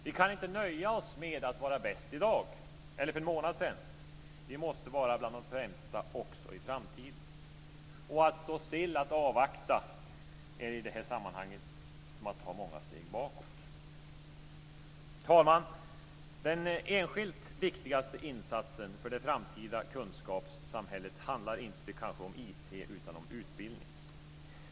Vi kan inte nöja oss med att vara bäst i dag, eller för en månad sedan. Vi måste vara bland de främsta också i framtiden. Att stå still och avvakta är i det här sammanhanget som att ta många steg bakåt. Fru talman! Den enskilt viktigaste insatsen för det framtida kunskapssamhället handlar kanske inte om IT utan om utbildning.